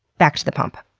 back to the pump.